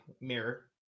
mirror